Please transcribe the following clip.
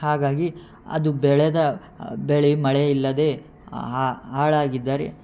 ಹಾಗಾಗಿ ಅದು ಬೆಳೆದ ಬೆಳೆ ಮಳೆ ಇಲ್ಲದೆ ಹಾಳಾಗಿದ್ದರೆ